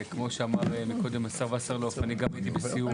כמו שאמר קודם השר וסרלאוף, אני גם הייתי בסיור.